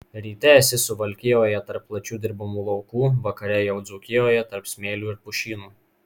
ryte esi suvalkijoje tarp plačių dirbamų laukų vakare jau dzūkijoje tarp smėlių ir pušynų